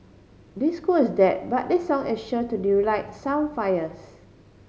disco is dead but this song is sure to D relight some fires